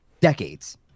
decades